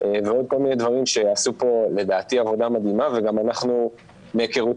ועוד כל מיני דברים שעשו פה לדעתי עבודה מדהימה וגם אנחנו מהיכרותנו